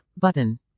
button